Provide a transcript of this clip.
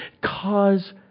cause